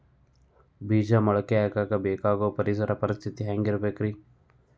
ಬೇಜ ಮೊಳಕೆಯಾಗಕ ಬೇಕಾಗೋ ಪರಿಸರ ಪರಿಸ್ಥಿತಿ ಹ್ಯಾಂಗಿರಬೇಕರೇ?